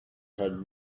had